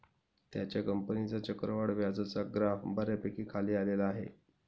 त्याच्या कंपनीचा चक्रवाढ व्याजाचा ग्राफ बऱ्यापैकी खाली आलेला आहे